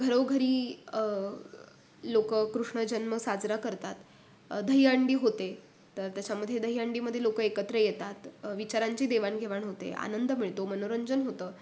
घरोघरी लोकं कृष्ण जन्म साजरा करतात दहीहंडी होते तर त्याच्यामध्ये दहीहंडीमध्ये लोकं एकत्र येतात विचारांची देवाणघेवाण होते आनंद मिळतो मनोरंजन होतं